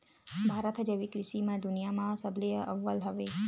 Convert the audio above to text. भारत हा जैविक कृषि मा दुनिया मा सबले अव्वल हवे